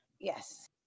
Yes